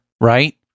right